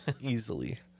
Easily